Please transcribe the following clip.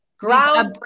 groundbreaking